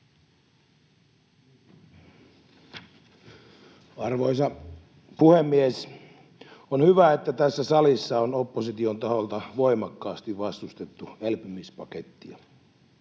Arvoisa puhemies! On hyvä, että tässä salissa on opposition taholta voimakkaasti vastustettu elpymispakettia,